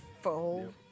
full